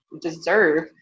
deserve